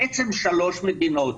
בעצם שלוש מדינות,